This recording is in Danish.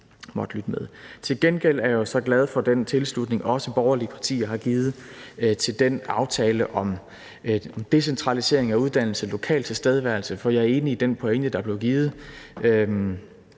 måtte lytte med. Kl. 20:15 Til gengæld er jeg jo så glad for den tilslutning, også borgerlige partier har givet til aftalen om decentralisering af uddannelse og lokal tilstedeværelse, for jeg er enig i den pointe, der blev givet